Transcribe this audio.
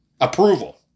Approval